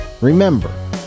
remember